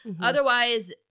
Otherwise